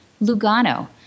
Lugano